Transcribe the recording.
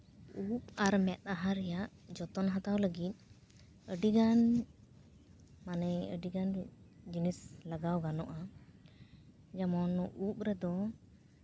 ᱩᱵ ᱟᱨ ᱢᱮᱫᱦᱟ ᱨᱮᱭᱟᱜ ᱡᱚᱛᱚᱱ ᱦᱟᱛᱟᱣ ᱞᱟᱹᱜᱤᱫ ᱟᱹᱰᱤᱜᱟᱱ ᱢᱟᱱᱮ ᱟᱹᱰᱤᱜᱟᱱ ᱡᱤᱱᱤᱥ ᱞᱟᱜᱟᱣ ᱜᱟᱱᱚᱜᱼᱟ ᱡᱮᱢᱚᱱ ᱩᱵ ᱨᱮᱫᱚ